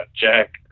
Jack